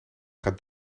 gaat